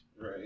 Right